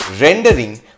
rendering